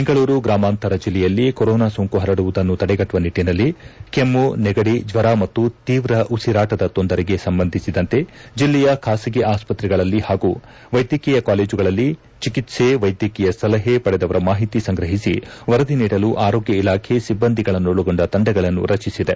ಬೆಂಗಳೂರು ಗ್ರಾಮಾಂತರ ಜಲ್ಲೆಯಲ್ಲಿ ಕೊರೊನಾ ಸೋಂಕು ಪರಡುವುದನ್ನು ತಡೆಗಟ್ಟುವ ನಿಟ್ಟನಲ್ಲಿ ಕೆಮ್ಮು ನೆಗಡಿ ಜ್ವರ ಮತ್ತು ತೀವ್ರ ಉಸಿರಾಟದ ತೊಂದರೆಗೆ ಸಂಬಂಧಿಸಿದಂತೆ ಜಿಲ್ಲೆಯ ಖಾಸಗಿ ಆಸ್ತತ್ರೆಗಳಲ್ಲಿ ಹಾಗೂ ವೈದ್ಯಕೀಯ ಕಾಲೇಜುಗಳಲ್ಲಿ ಚಿಕಿತ್ಸೆ ವೈದ್ಯಕೀಯ ಸಲಹೆ ಪಡೆದವರ ಮಾಹಿತಿ ಸಂಗ್ರಹಿಸಿ ವರದಿ ನೀಡಲು ಆರೋಗ್ಯ ಇಲಾಖೆ ಸಿಬ್ಬಂದಿಗಳನ್ನೊಳಗೊಂಡ ತಂಡಗಳನ್ನು ರಚಿಸಲಿದೆ